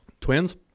Twins